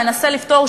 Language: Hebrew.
מנסה לפתור,